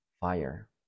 fire